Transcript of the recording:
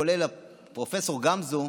כולל פרופ' גמזו,